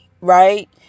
right